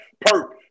Perk